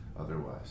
Otherwise